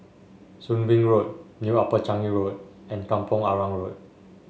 Soon Wing Road New Upper Changi Road and Kampong Arang Road